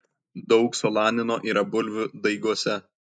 daug solanino yra bulvių daiguose